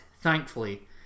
thankfully